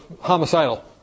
homicidal